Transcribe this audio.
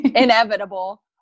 inevitable